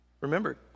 Remember